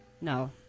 No